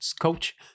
coach